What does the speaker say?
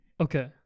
Okay